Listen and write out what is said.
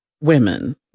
women